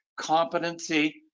competency